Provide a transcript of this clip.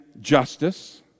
justice